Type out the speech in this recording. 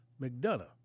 McDonough